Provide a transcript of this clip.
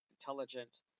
intelligent